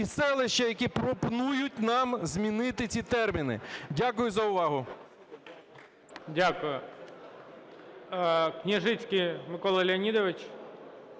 і селища, які пропонують нам змінити ці терміни. Дякую за увагу. ГОЛОВУЮЧИЙ. Дякую. Княжицький Микола Леонідович